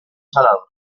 salado